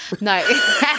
No